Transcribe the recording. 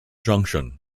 junction